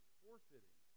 forfeiting